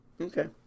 Okay